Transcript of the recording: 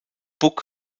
buck